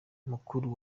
mukuru